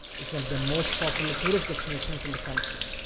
is one of the most popular tourist destinations in the country.